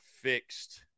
fixed